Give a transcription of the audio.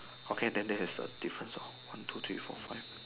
okay then there is a difference of one two three four five